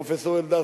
פרופסור אלדד,